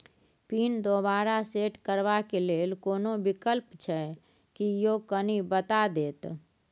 Pin दोबारा set करबा के लेल कोनो विकल्प छै की यो कनी बता देत?